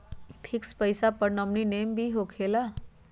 Fix पईसा पर nominee name भी होकेला?